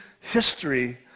history